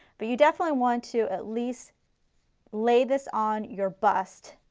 but you definitely want to at least lay this on your bust,